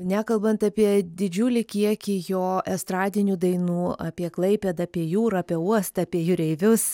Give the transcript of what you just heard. nekalbant apie didžiulį kiekį jo estradinių dainų apie klaipėdą apie jūrą apie uostą apie jūreivius